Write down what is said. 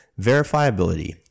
Verifiability